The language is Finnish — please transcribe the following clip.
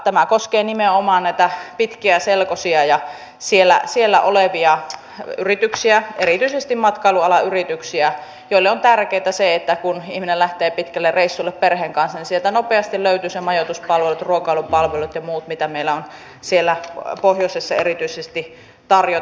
tämä koskee nimenomaan näitä pitkiä selkosia ja siellä olevia yrityksiä erityisesti matkailualan yrityksiä joille on tärkeätä se että kun ihminen lähtee pitkälle reissulle perheen kanssa niin sieltä nopeasti löytyvät ne majoituspalvelut ruokailupalvelut ja muut mitä meillä on siellä pohjoisessa erityisesti tarjota